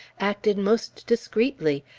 acted most discreetly,